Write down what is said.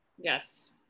Yes